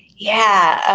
yeah,